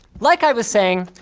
like i was saying,